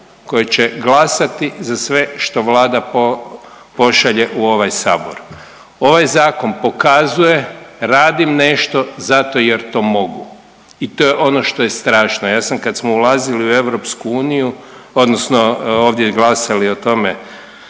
koje će glasati za sve što Vlada pošalje u ovaj Sabor. Ovaj zakon pokazuje radim nešto zato jer to mogu i to je ono što je strašno. Ja sam kada smo ulazili u Europsku uniju odnosno ovdje glasali o tome